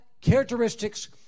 characteristics